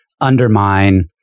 undermine